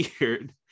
weird